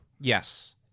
Yes